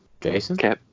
Jason